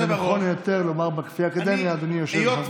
ונכון יותר לומר לפי האקדמיה: אדוני יושב-הראש.